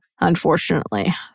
unfortunately